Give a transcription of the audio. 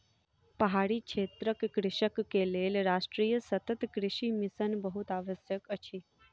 पहाड़ी क्षेत्रक कृषक के लेल राष्ट्रीय सतत कृषि मिशन बहुत आवश्यक अछि